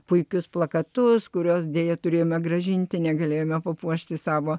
puikius plakatus kuriuos deja turėjome grąžinti negalėjome papuošti savo